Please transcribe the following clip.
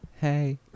Hey